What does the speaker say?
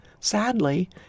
sadly